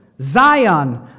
Zion